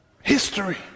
history